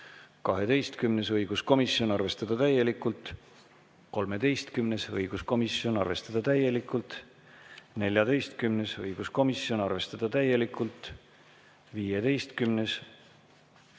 12.: õiguskomisjon, arvestada täielikult. 13.: õiguskomisjon, arvestada täielikult. 14.: õiguskomisjon, arvestada täielikult. 15.: